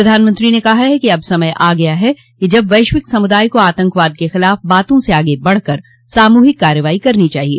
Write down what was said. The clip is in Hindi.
प्रधानमंत्री नरेन्द्र मोदी ने कहा है कि अब समय आ गया है जब वैश्विक समुदाय को आतंकवाद के खिलाफ बातों से आगे बढ़कर सामूहिक कार्रवाई करनी चाहिए